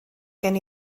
gen